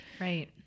right